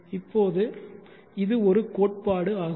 இப்போது இது ஒரு கோட்பாடு ஆகும்